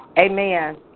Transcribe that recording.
Amen